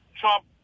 Trump